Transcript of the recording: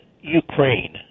ukraine